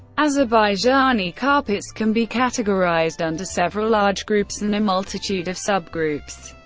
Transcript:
azerbaijani carpets can be categorized under several large groups and a multitude of subgroups.